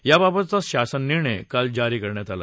याबाबतचा शासन निर्णय काल जारी करण्यात आला